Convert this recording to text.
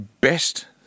best